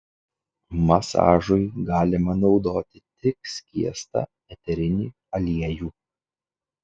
masažui galima naudoti tik skiestą eterinį aliejų